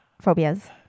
phobias